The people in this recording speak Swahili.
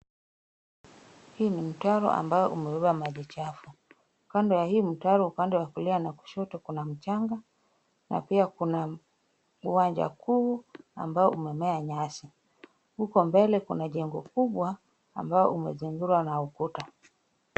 Hii ni mtaro ambayo umebeba maji chafu. Kando ya hii mtaro upande wa kulia na kushoto kuna mchanga na pia kuna uwanja kuu ambao umemea nyasi. Huko mbele kuna jengo kubwa ambalo umezingirwa na ukuta.